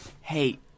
Hey